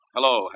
Hello